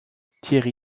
thierry